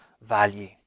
value